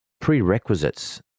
prerequisites